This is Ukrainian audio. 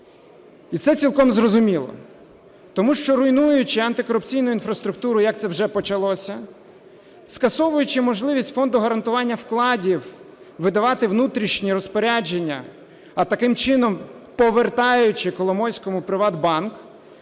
І це цілком зрозуміло, тому що руйнуючи антикорупційну інфраструктуру, як вже почалося, скасовуючи можливість Фонду гарантування вкладів видавати внутрішні розпорядження, а таким чином повертаючи Коломойському "ПриватБанк",